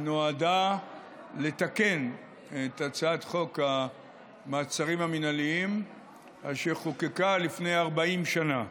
נועדה לתקן את הצעת חוק המעצרים המינהליים אשר נחקקה לפני 40 שנה.